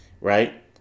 Right